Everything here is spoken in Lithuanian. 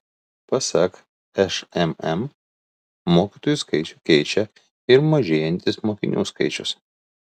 pasak šmm mokytojų skaičių keičia ir mažėjantis mokinių skaičius